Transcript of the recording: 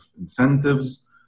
incentives